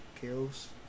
kills